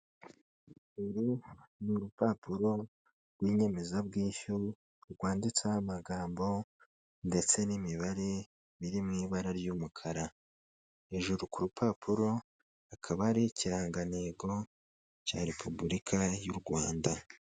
Uru ni urupapuro rw'inyemezabwishyu rwanditseho amagambo ndetse n'imibare biri mu ibara ry'umukara, hejuru ku rupapuro hakaba hariho ikirangantego cya Repubulika y'u Rwanda.